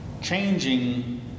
Changing